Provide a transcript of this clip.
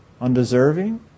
undeserving